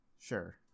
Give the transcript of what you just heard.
Sure